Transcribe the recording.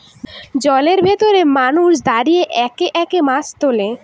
জলের ভেতরে মানুষ দাঁড়িয়ে একে একে মাছ তোলে